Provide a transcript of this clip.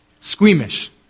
squeamish